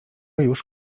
już